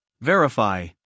Verify